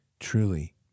truly